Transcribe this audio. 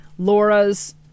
Laura's